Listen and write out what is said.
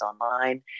online